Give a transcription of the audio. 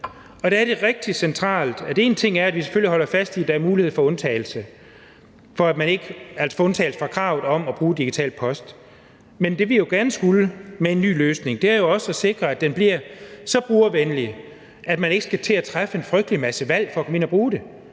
vældig kompliceret. En ting er, at vi selvfølgelig holder fast i, at der er mulighed for undtagelse, altså en undtagelse fra kravet om at bruge digital post, men det, vi gerne skulle med en ny løsning, er jo også at sikre, at den bliver så brugervenlig, at man ikke skal til at træffe en frygtelig masse valg for at komme ind og bruge det,